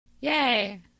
Yay